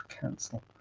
cancel